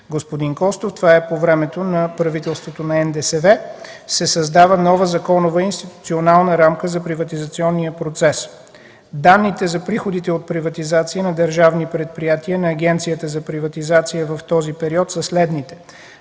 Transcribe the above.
господин Костов, това е по времето на правителството на НДСВ – се създава нова законова и институционална рамка за приватизационния процес. Данните за приходите от приватизация на държавни предприятия на Агенцията за приватизация в този период са следните: